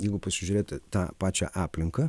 jeigu pasižiūrėti tą pačią aplinką